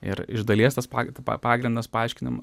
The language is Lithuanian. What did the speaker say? ir iš dalies tas pagri pagrindas paaiškina